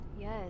Yes